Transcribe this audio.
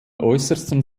äußersten